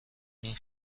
این